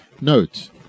Note